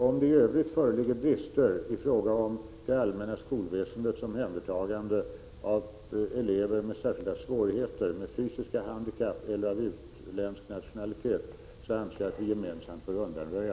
Om det i övrigt föreligger brister i fråga om det allmänna skolväsendets omhändertagande av elever med särskilda svårigheter, elever med fysiska handikapp eller av utländsk nationalitet, anser jag att vi gemensamt bör undanröja dem.